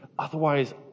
Otherwise